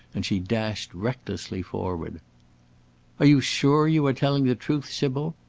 and she dashed recklessly forward are you sure you are telling the truth, sybil?